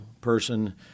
person